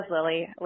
Lily